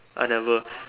I never